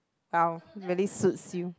!wow! really suits you